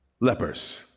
lepers